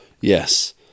Yes